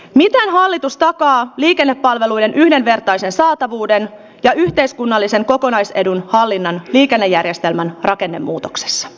miia alitusta abi telepalvelujen yhdenvertaisessa uuden ja yhteiskunnallisen kokonaisedun hallinnan liikennejärjestelmän rakennemuutoksessa